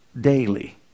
daily